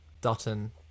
Dutton